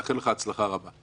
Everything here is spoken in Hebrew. אני מאחל לך הצלחה רבה.